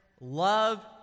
Love